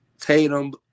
Tatum